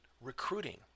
recruiting